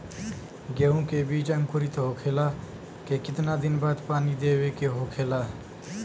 गेहूँ के बिज अंकुरित होखेला के कितना दिन बाद पानी देवे के होखेला?